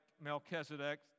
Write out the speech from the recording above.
Melchizedek